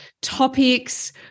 topics